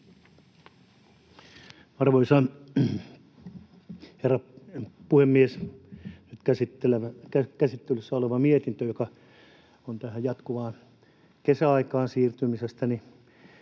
Arvoisa herra puhemies! Käsittelyssä oleva mietintö, joka on tähän jatkuvaan kesäaikaan siirtymisestä,